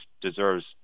deserves